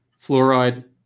fluoride